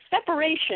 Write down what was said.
separation